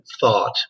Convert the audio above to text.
thought